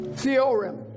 theorem